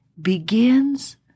begins